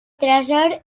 tresor